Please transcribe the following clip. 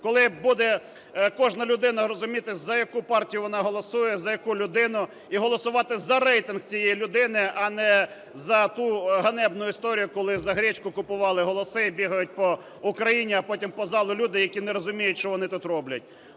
коли буде кожна людина розуміти за яку партію вона голосує, за яку людину і голосувати за рейтинг цієї людини, а не за ту ганебну історію, коли за гречку купували голоси і бігають по Україні, а потім по залу люди, які не розуміють, що вони тут роблять.